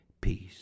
peace